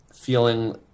feeling